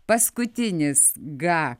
paskutinis gą